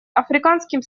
африканским